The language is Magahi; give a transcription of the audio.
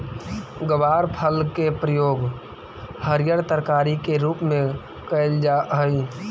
ग्वारफल के प्रयोग हरियर तरकारी के रूप में कयल जा हई